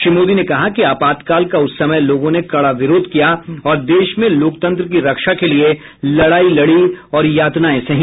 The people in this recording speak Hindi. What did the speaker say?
श्री मोदी ने कहा कि आपातकाल का उस समय लोगों ने कड़ा विरोध किया और देश में लोकतंत्र की रक्षा के लिए लड़ाई लड़ी और यातनाएं सही